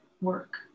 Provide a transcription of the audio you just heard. work